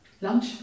lunch